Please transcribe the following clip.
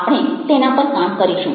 આપણે તેના પર કામ કરીશું